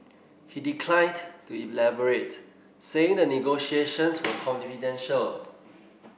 he declined to elaborate saying the negotiations were confidential